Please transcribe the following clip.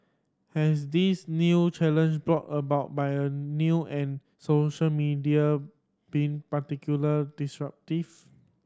has this new challenge brought about by new and social media been particular disruptive